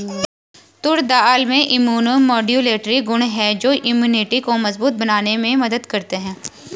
तूर दाल में immunomodulatory गुण हैं जो इम्यूनिटी को मजबूत बनाने में मदद करते है